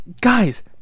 guys